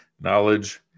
knowledge